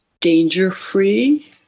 danger-free